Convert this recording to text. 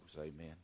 amen